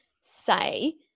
say